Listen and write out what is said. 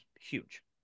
huge